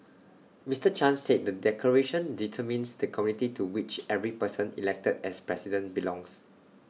Mister chan said the declaration determines the community to which every person elected as president belongs